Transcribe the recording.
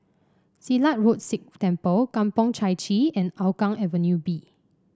Silat Road Sikh Temple Kampong Chai Chee and Hougang Avenue B